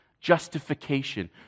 justification